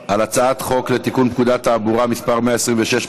על הצעת חוק לתיקון פקודת התעבורה (מס' 126)